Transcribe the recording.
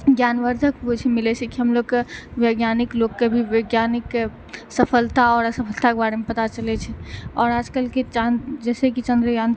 ज्ञानवर्द्धक मिलै छै की हमलोग के वैज्ञानिक लोग के भी वैज्ञानिक सफलता और असफलता के बारे मे पता चलै छै और आजकल की चाँद जैसे की चन्द्रयान